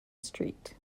street